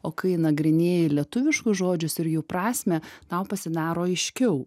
o kai nagrinėji lietuviškus žodžius ir jų prasmę tau pasidaro aiškiau